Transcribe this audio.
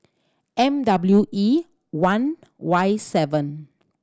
M W E one Y seven